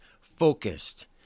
focused